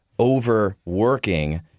Overworking